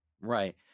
Right